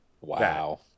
Wow